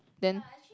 then